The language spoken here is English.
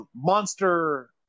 Monster